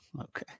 Okay